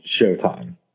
Showtime